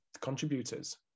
contributors